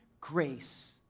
grace